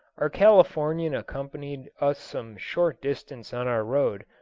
our californian accompanied us some short distance on our road,